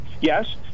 yes